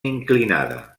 inclinada